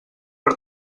per